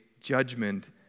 judgment